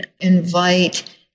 invite